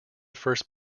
first